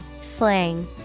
Slang